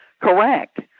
correct